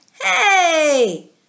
Hey